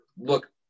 look